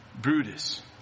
Brutus